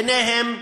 ביניהם,